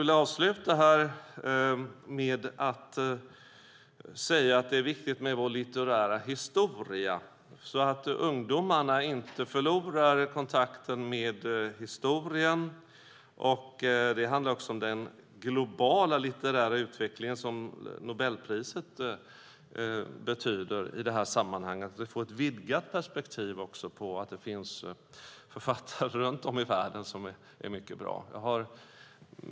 Låt mig avsluta med att säga att det är viktigt med vår litterära historia, så att ungdomarna inte förlorar kontakten med historien. Det handlar också om den globala litterära utvecklingen, där Nobelpriset har betydelse i sammanhanget. Man måste få ett vidgat perspektiv på att det finns författare runt om i världen som är mycket bra.